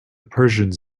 persians